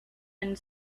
and